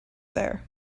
there